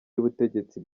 y’ubutegetsi